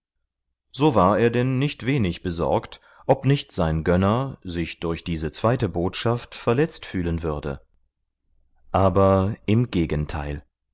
so war er denn nicht wenig besorgt ob nicht sein gönner sich durch diese zweite botschaft verletzt fühlen würde aber im gegenteil